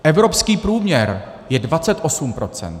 Evropský průměr je 28 %.